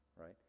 right